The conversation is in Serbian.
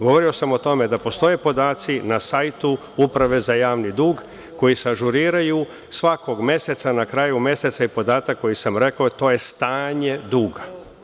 Govorio sam o tome da postoje podaci na sajtu Uprave za javni dug koji se ažuriraju svakog meseca na kraju meseca je podatak koji sam rekao, to je stanje duga.